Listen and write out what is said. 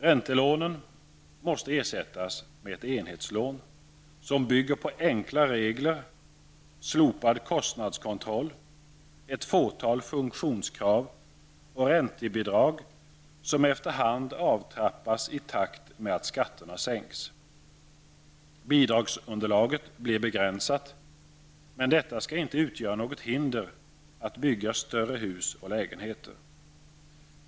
Räntelånen måste ersättas med ett enhetslån, som bygger på enkla regler, slopad kostnadskontroll, ett fåtal funktionskrav och räntebidrag som efter hand avtrappas i takt med att skatterna sänks. Bidragsunderlaget blir begränsat, men detta skall inte utgöra något hinder att bygga större hus och lägenheter.